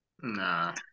Nah